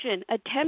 Attempt